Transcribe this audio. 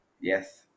yes